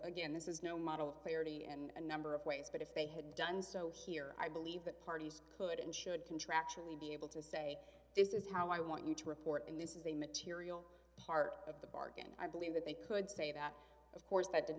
again this is no model of clarity and number of ways but if they had done so here i believe the parties could and should contractually be able to say this is how i want you to report and this is a material part of the bargain i believe that they could say that of course that did